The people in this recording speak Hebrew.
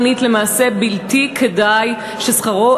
גם אם